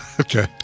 okay